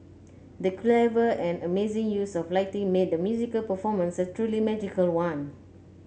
the clever and amazing use of lighting made the musical performance a truly magical one